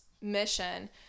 mission